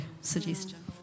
suggestion